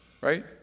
Right